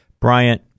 Bryant